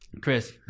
Chris